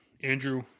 andrew